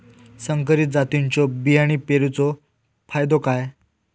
संकरित जातींच्यो बियाणी पेरूचो फायदो काय?